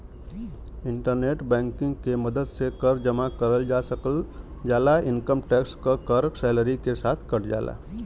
internet banking के मदद से कर जमा करल जा सकल जाला इनकम टैक्स क कर सैलरी के साथ कट जाला